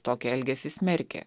tokį elgesį smerkė